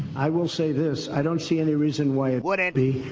i will say, this i don't see any reason why it wouldn't be.